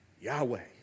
Yahweh